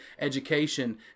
education